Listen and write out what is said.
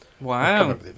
Wow